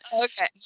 Okay